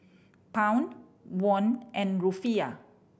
Pound Won and Rufiyaa